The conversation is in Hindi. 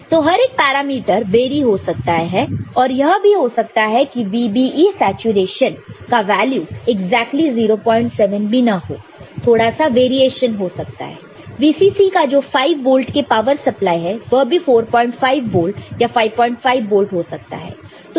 तो हर एक पैरामीटर वेरी हो सकता है और यह भी हो सकता है कि VBE सैचुरेशन का वैल्यू एक्जेक्टली 07 भी ना हो थोड़ा सा वेरिएशन हो सकता है VCCका जो 5 वोल्ट क पावर सप्लाई है वह भी 45 वोल्ट या 55 वोल्ट हो सकता है